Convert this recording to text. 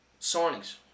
signings